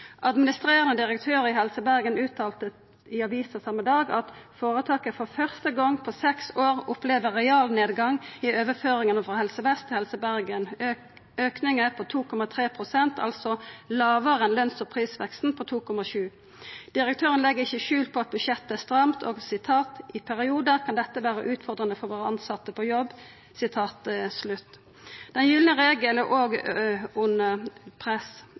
Administrerande direktør i Helse Bergen uttalte i avisa same dag at føretaket for første gong på seks år opplever realnedgang i overføringane frå Helse Vest til Helse Bergen. Auken er på 2,3 pst., altså lågare enn løns- og prisveksten på 2,7 pst. Direktøren legg ikkje skjul på at budsjettet er stramt: «I perioder kan dette være utfordrende for våre ansatte på jobb.» Den gylne regel er òg under press.